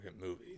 movie